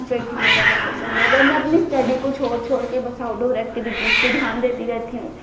मुझे इतना ज़्यादा पसन्द है मैं स्टडी को छोड़ छोड़कर बस आउटडोर एक्टिविटीज़ पर ध्यान देती रहती हूँ